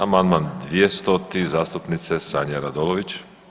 Amandman 200. zastupnice Sanje Radolović.